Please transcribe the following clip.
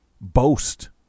boast